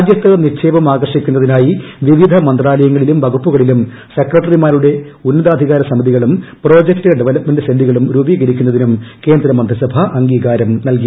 രാജ്യത്ത് നിക്ഷേപം ആകർഷിക്കുന്നതിനായി വിവിധ മന്ത്രാലയങ്ങളിലും വകുപ്പുകളിലും സെക്രട്ടറിമാരുടെ ഉന്നതാധികാരസമിതികളും പ്രോജക്ട് ഡെവലപ്മെന്റ് സെല്ലുകളും രൂപീകരിക്കുന്നതിനും കേന്ദ്രമന്ത്രിസഭ അംഗീകാരം നല്കി